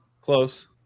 close